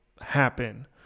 happen